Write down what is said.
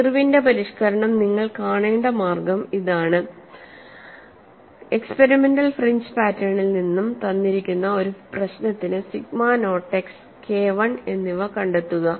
ഇർവിന്റെ പരിഷ്ക്കരണം നിങ്ങൾ കാണേണ്ട മാർഗ്ഗം ഇതാണ് എക്സ്പെരിമെന്റൽ ഫ്രിഞ്ച് പാറ്റേണിൽ നിന്നും തന്നിരിക്കുന്ന ഒരു പ്രശ്നത്തിന് sigma naught x K I എന്നിവ കണ്ടെത്തുക